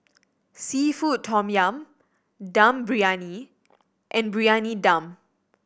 seafood tom yum Dum Briyani and Briyani Dum